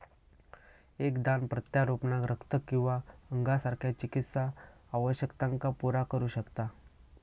एक दान प्रत्यारोपणाक रक्त किंवा अंगासारख्या चिकित्सा आवश्यकतांका पुरा करू शकता